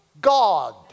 God